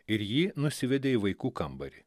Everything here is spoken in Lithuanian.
ir jį nusivedė į vaikų kambarį